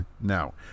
Now